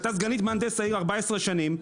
הייתה סגנית מהנדס העיר 14 שנים,